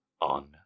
On